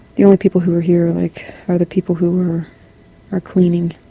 the only people who are here like are the people who are are cleaning.